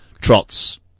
trots